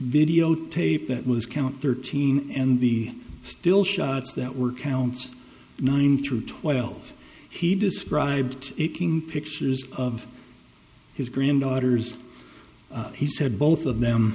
video tape that was count thirteen and the still shots that were counts nine through twelve he described it king pictures of his granddaughters he said both of them